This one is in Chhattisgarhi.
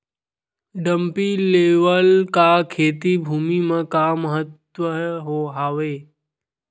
डंपी लेवल का खेती भुमि म का महत्व हावे?